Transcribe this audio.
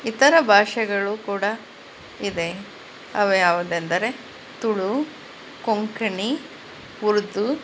ಇತರ ಭಾಷೆಗಳೂ ಕೂಡ ಇದೆ ಅವು ಯಾವುದೆಂದರೆ ತುಳು ಕೊಂಕಣಿ ಉರ್ದು